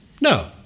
No